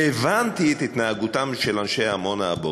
שהבנתי את התנהגותם של אנשי עמונה הבוקר,